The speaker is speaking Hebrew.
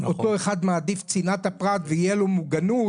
אותו אחד מעדיף צנעת הפרט ויהיה לו מוגנות